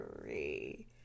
three